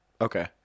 Okay